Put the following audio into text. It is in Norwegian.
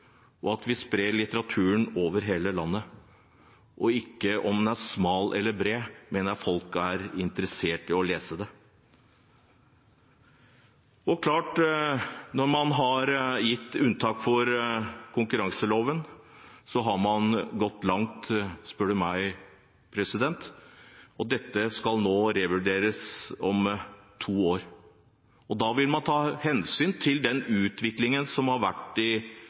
at vi sprer litteraturen over hele landet – ikke om den er smal eller bred, men at folk er interessert i å lese den. Når man har gitt unntak fra konkurranseloven, har man gått langt – spør du meg. Dette skal revurderes om to år. Da vil man ta hensyn til utviklingen som har vært i